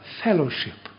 fellowship